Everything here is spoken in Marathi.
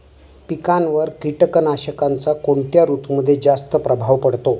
पिकांवर कीटकनाशकांचा कोणत्या ऋतूमध्ये जास्त प्रभाव पडतो?